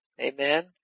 amen